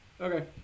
okay